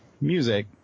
music